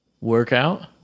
Workout